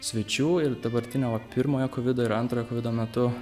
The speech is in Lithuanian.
svečių ir dabartinio va pirmojo kovido ir antrojo kovido metu